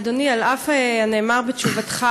אדוני, על אף הנאמר בתשובתך,